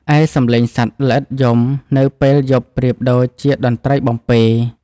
ឯសំឡេងសត្វល្អិតយំនៅពេលយប់ប្រៀបដូចជាតន្ត្រីបំពេរ។